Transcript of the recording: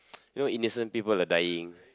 you know innocent people are dying